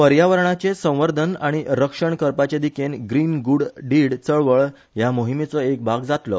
पर्यावरणाचे संवर्धन आनी रक्षण करपाचे दिकेन ग्रीन ग्रुड डिड चळवळ ह्या मोहिमेचो एक भाग जातलो